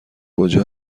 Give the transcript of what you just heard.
کجا